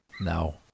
no